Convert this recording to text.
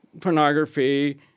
pornography